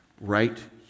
right